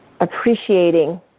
appreciating